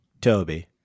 Toby